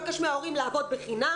לעבור בין ההורים.